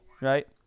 right